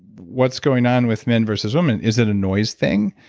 what's going on with men versus women? is it a noise thing?